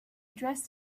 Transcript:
dressed